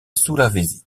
sulawesi